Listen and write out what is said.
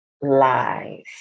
lies